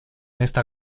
esta